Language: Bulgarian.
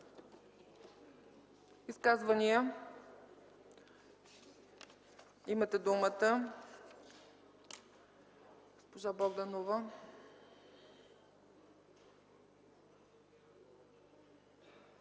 Изказвания? Имате думата, госпожо Богданова.